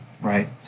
right